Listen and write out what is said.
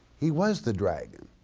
he was the dragon,